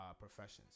professions